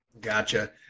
Gotcha